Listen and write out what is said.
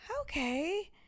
okay